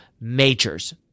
Majors